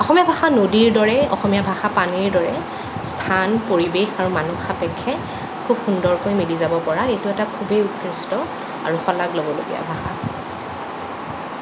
অসমীয়া ভাষা নদীৰ দৰে অসমীয়া ভাষা পানীৰ দৰে স্থান পৰিৱেশ আৰু মানুহ সাপেক্ষে খুব সুন্দৰকৈ মিলি যাব পৰা এইটো এটা খুবেই উৎকৃষ্ট আৰু শলাগ ল'বলগীয়া ভাষা